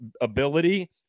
ability